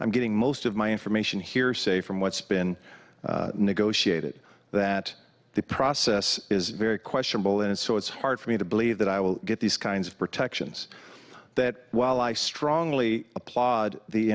i'm getting most of my information hearsay from what's been negotiated that the process is very questionable and so it's hard for me to believe that i will get these kinds of protections that while i strongly applaud the